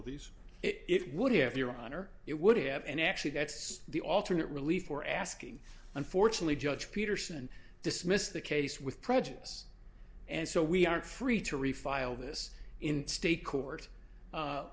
of these it would if your honor it would have and actually that's the alternate relief for asking unfortunately judge peterson dismissed the case with prejudice and so we aren't free to refile this in state court